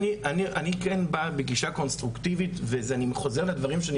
אני כן בא בגישה קונסטרוקטיבית ואני וחוזר לדברים שאני